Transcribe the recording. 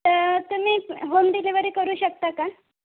तर तुम्ही home delivery करू शकता का